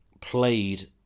played